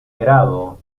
grado